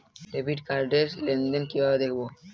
Debit card র লেনদেন কিভাবে দেখবো?